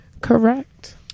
Correct